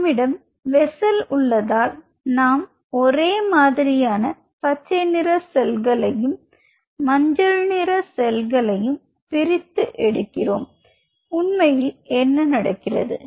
நம்மிடம் வெஸ்ஸல் உள்ளதால் நாம் ஒரே மாதிரியான பச்சைநிற செல்களையும் மஞ்சள் நிற செல்களையும் பிரித்து எடுக்கிறேன் உண்மையில் என்ன நடக்கிறது